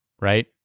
right